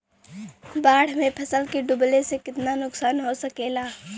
बाढ़ मे फसल के डुबले से कितना नुकसान हो सकेला?